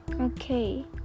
okay